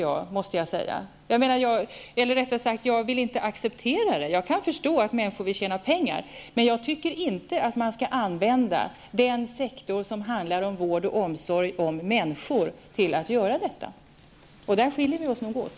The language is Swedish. Jag kan förstå att människor vill tjäna pengar, men jag tycker inte att man skall använda den sektor som handlar om vård av och omsorg om människor till att göra detta. Där skiljer vi oss nog åt.